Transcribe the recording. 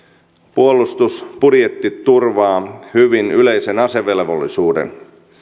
puolustusbudjetti turvaa hyvin yleisen asevelvollisuuden